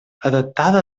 adaptada